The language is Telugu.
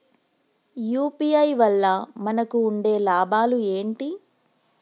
యూ.పీ.ఐ వల్ల మనకు ఉండే లాభాలు ఏంటి?